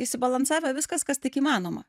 išsibalansavę viskas kas tik įmanoma